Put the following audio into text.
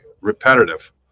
repetitive